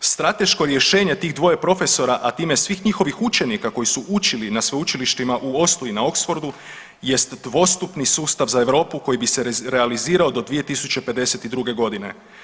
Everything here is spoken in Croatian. Strateško rješenje tih dvoje profesora, a time i svih njihovih učenika koji su učili na sveučilištima u Oslu i na Oxfordu jest dvostupni sustav za Europu koji bi se realizirao do 2052. godine.